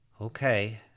Okay